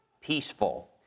peaceful